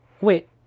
wait